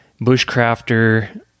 bushcrafter